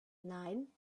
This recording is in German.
nein